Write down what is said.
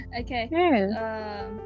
okay